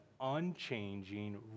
unchanging